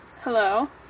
Hello